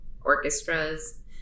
orchestras